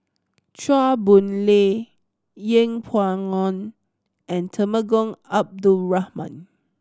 Chua Boon Lay Yeng Pway Ngon and Temenggong Abdul Rahman